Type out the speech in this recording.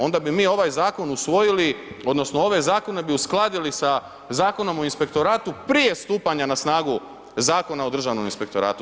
Onda bi mi ovaj zakon usvojili, odnosno ove zakone bi uskladili sa Zakonom o inspektoratu prije stupanja na snagu Zakona o državnom inspektoratu.